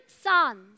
sons